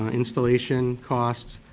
installation costs,